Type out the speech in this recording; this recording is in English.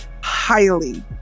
highly